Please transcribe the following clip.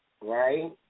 Right